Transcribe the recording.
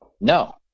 no